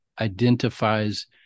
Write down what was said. identifies